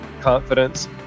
confidence